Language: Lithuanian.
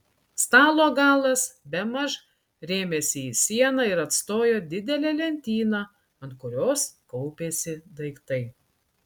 stalo galas bemaž rėmėsi į sieną ir atstojo didelę lentyną ant kurios kaupėsi daiktai